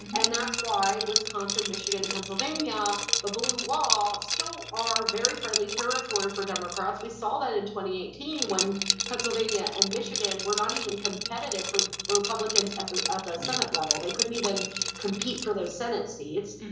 and that's why wisconsin, michigan, and pennsylvania, the blue wall, still are very friendly territory territory for democrats. we saw that in twenty eighteen when pennsylvania and michigan were not even competitive for republicans at the at the senate level. they couldn't even compete for those senate seats.